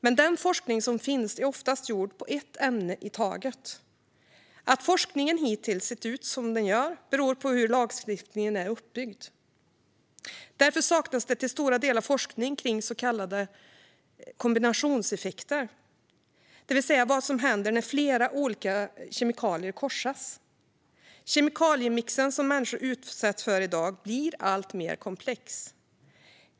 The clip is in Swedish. Men den forskning som finns är ofta gjord på ett ämne i taget. Att forskningen hittills sett ut som den gör beror på hur lagstiftningen är uppbyggd. Därför saknas det till stora delar forskning kring så kallade kombinationseffekter, det vill säga vad som händer när flera olika kemikalier korsas. Kemikaliemixen som människor utsätts för i dag blir alltmer komplex.